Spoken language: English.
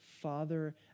Father